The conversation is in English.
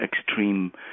extreme